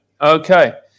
Okay